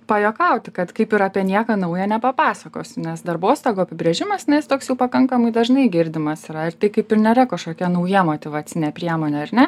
pajuokauti kad kaip ir apie nieką naujo nepapasakosiu nes darbostogų apibrėžimas na jis toks jau pakankamai dažnai girdimas yra ir tai kaip ir nėra kažkokia nauja motyvacinė priemonė ar ne